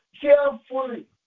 carefully